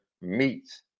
meat